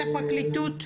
הפרקליטות?